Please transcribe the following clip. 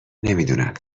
نمیدونم